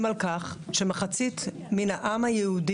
אני מתחילה בציטוט של בן גוריון,